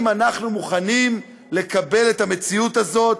אנחנו מוכנים לקבל את המציאות הזאת,